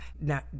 Now